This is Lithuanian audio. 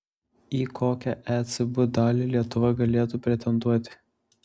į kokią ecb dalį lietuva galėtų pretenduoti